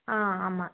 ஆ ஆமாம்